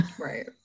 Right